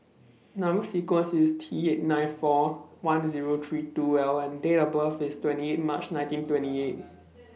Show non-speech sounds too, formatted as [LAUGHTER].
Number sequence IS T eight nine four one Zero three two L and Date of birth IS twenty eight March nineteen twenty eight [NOISE]